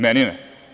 Meni ne.